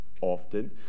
often